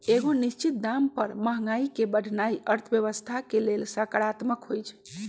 एगो निश्चित दाम पर महंगाई के बढ़ेनाइ अर्थव्यवस्था के लेल सकारात्मक होइ छइ